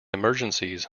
emergencies